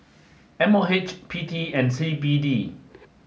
M O H P T and C B D